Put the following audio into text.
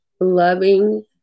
loving